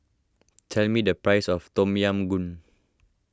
tell me the price of Tom Yam Goong